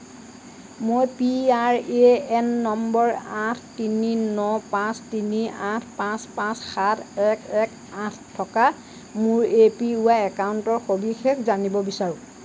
মই P R A N নম্বৰ আঠ তিনি ন পাঁচ তিনি আঠ পাঁচ পাঁচ সাত এক এক আঠ থকা মোৰ এ পি ৱাই একাউণ্টৰ সবিশেষ জানিব বিচাৰোঁ